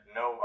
no